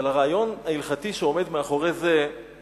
אבל הרעיון ההלכתי שעומד מאחורי זה הוא